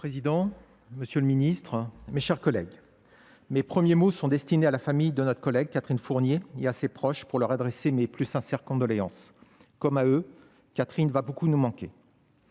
Monsieur le président, monsieur le ministre, mes chers collègues, mes premiers mots sont destinés à la famille de notre collègue Catherine Fournier et à ses proches, pour leur adresser mes plus sincères condoléances. Comme à eux, Catherine va beaucoup nous manquer.